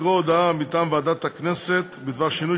לקרוא הודעה מטעם ועדת הכנסת בדבר שינוי